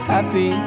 Happy